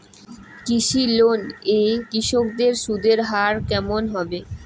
কৃষি লোন এ কৃষকদের সুদের হার কেমন হবে?